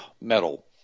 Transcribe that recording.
metal